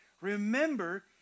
Remember